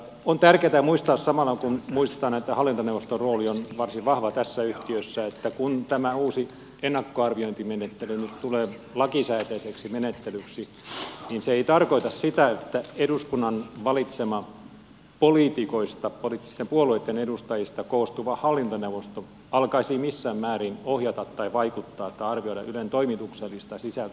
on tärkeätä muistaa samalla kun muistetaan että hallintoneuvoston rooli on varsin vahva tässä yhtiössä että kun tämä uusi ennakkoarviointimenettely nyt tulee lakisääteiseksi menettelyksi se ei tarkoita sitä että eduskunnan valitsema poliitikoista poliittisten puolueitten edustajista koostuva hallintoneuvosto alkaisi missään määrin ohjata tai vaikuttaa tai arvioida ylen toimituksellista sisältöä